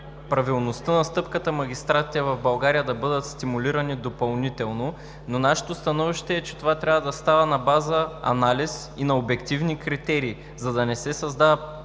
правилността на стъпката магистратите в България да бъдат стимулирани допълнително, но нашето становище е, че това трябва да става на база анализ и на обективни критерии, за да не се създава